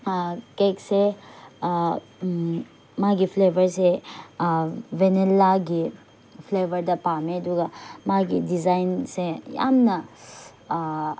ꯀꯦꯛꯁꯦ ꯃꯥꯒꯤ ꯐ꯭ꯂꯦꯕꯔꯁꯦ ꯚꯦꯅꯤꯂꯥꯒꯤ ꯐ꯭ꯂꯦꯕꯔꯗ ꯄꯥꯝꯃꯦ ꯑꯗꯨꯒ ꯃꯥꯒꯤ ꯗꯤꯖꯥꯏꯟꯁꯦ ꯌꯥꯝꯅ